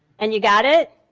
and you got it?